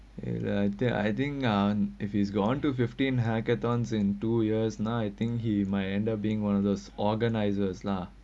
ya then I think ah if he's gone to fifteen hackathons in two years now I think he might end up being one of those organisers lah